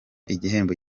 igihembo